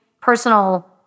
personal